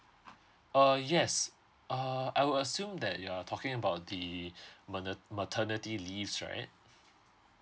uh yes uh I will assume that you're talking about the maner~ maternity leaves right